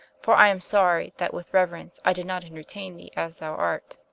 for i am sorry, that with reuerence i did not entertaine thee as thou art